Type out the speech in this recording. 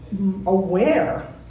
aware